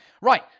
Right